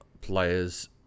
players